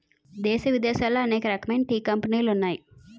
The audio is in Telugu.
దేశ విదేశాలలో అనేకమైన టీ కంపెనీలు ఉన్నాయి